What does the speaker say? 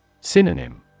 Synonym